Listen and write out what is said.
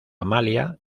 amalia